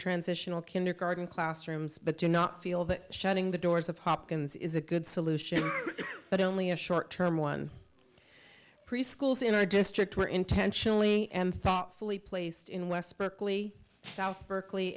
transitional kindergarten classrooms but do not feel that shutting the doors of hopkins is a good solution but only a short term one preschools in my district were intentionally m thoughtfully placed in west berkeley south berkeley